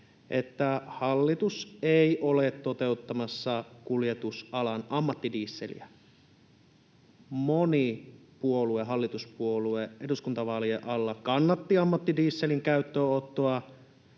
että hallitus ei ole toteuttamassa kuljetusalan ammattidieseliä. Moni puolue, hallituspuolue, eduskuntavaalien alla kannatti ammattidieselin käyttöönottoa.